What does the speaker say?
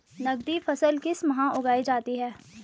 नकदी फसल किस माह उगाई जाती है?